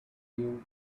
you